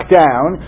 down